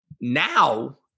now